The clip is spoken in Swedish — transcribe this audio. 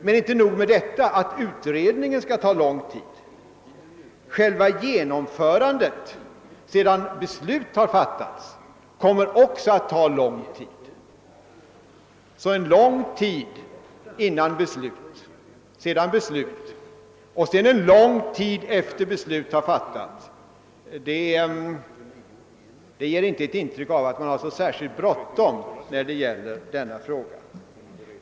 Men inte nog med att utredningen skall ta lång tid — själva genomförandet sedan beslut har fattats kommer också att ta lång tid. Alltså först en lång tid före beslutet, sedan beslutet, därefter en lång tid efter det beslut har fattats — det ger inte ett intryck av att man har särskilt bråttom.